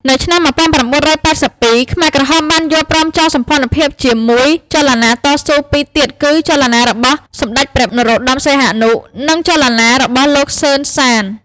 នៅឆ្នាំ១៩៨២ ខ្មែរក្រហមបានយល់ព្រមចងសម្ព័ន្ធភាពជាមួយចលនាតស៊ូពីរទៀតគឺ ចលនារបស់សម្តេចព្រះ នរោត្តម សីហនុ និងចលនារបស់លោក សឺន សាន។